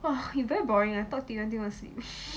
!wah! you very boring I talk to you until want sleep